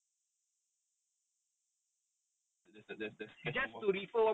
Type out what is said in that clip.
for every referral they get money ah that's that's cash